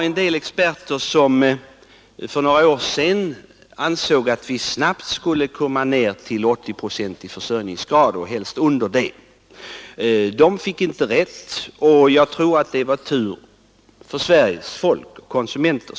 En del experter ansåg för några år sedan att vi snabbt skulle skära ned försörjningsgraden till 80 procent och helst under. De fick inte rätt och jag tror det var tur för Sveriges konsumenter.